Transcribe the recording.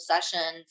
sessions